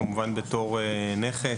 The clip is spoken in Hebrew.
כמובן בתור נכס.